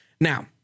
Now